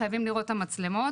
חייבים לראות את המצלמות'.